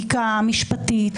בדיקה משפטית,